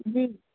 जी